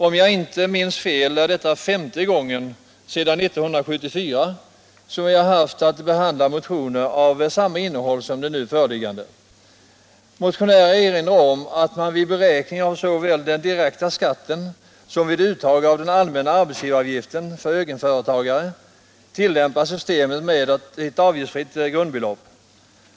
Om jag inte minns fel är detta femte gången sedan 1974 som vi har haft att behandla motioner av samma innehåll som den nu föreliggande. Motionärerna erinrar om att man såväl vid beräkning av den direkta skatten som vid uttag av den allmänna arbetsgivaravgiften för egenföretagare tillämpar systemet med ett avgiftsfritt grundbelopp.